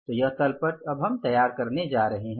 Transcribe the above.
तो यह तल पट अब हम तैयार करने जा रहे हैं